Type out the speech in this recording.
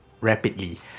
rapidly